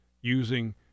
using